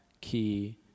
Key